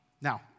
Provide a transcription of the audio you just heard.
Now